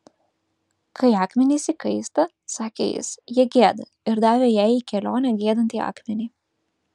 kai akmenys įkaista sakė jis jie gieda ir davė jai į kelionę giedantį akmenį